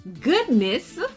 goodness